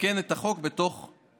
לתקן את החוק בתוך שנה.